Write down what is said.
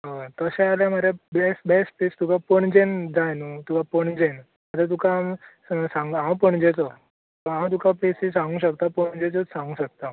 हय तशें आल्यार मरें प्लॅस बॅस्ट प्लॅस तुका पणजेन जाय नू किंवा पणजे आसा जाल्यार तुकां हांव सांगू हांव पणजेचो सो हांव तुका प्लॅसीज सांगू शकता पणजेच्योच सांगू शकता